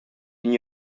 n’y